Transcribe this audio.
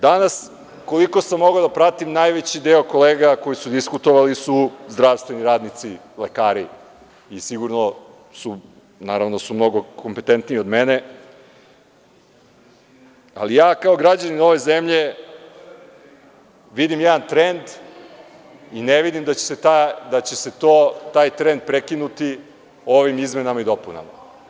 Danas, koliko sam mogao da pratim najveći deo kolega koji su diskutovali su zdravstveni radnici, lekari i sigurno su mnogo kompetentniji od mene, ali ja kao građanin ove zemlje vidim jedan trend i ne vidim da će se taj trend prekinuti ovim izmenama i dopunama.